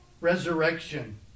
Resurrection